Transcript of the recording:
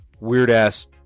weird-ass